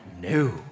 No